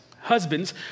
Husbands